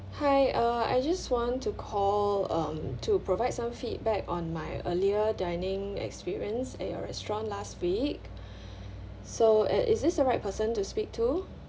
hi uh I just want to call um to provide some feedback on my earlier dining experience at your restaurant last week so at is this the right person to speak to